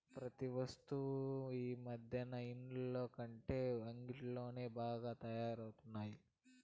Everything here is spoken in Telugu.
ప్రతి వస్తువు ఈ మధ్యన ఇంటిలోకంటే అంగిట్లోనే బాగా తయారవుతున్నాయి